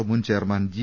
O മുൻചെയർമാൻ G